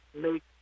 make